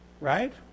right